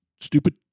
stupid